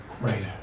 Right